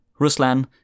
Ruslan